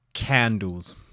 Candles